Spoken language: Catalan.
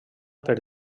per